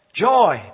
joy